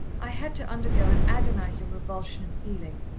i had to undergo an agonizing revulsion of feeling,